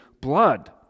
blood